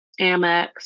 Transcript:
Amex